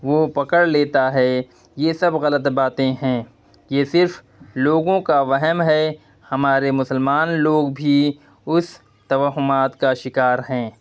وہ پکڑ لیتا ہے یہ سب غلط باتیں ہیں یہ صرف لوگوں کا وہم ہے ہمارے مسلمان لوگ بھی اس توہمات کا شکار ہیں